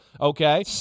okay